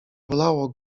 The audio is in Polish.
bolało